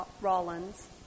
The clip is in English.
Rollins